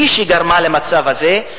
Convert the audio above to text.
היא שגרמה למצב הזה,